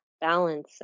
balance